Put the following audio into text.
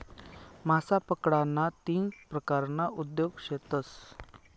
मासा पकडाना तीन परकारना उद्योग शेतस